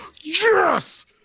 Yes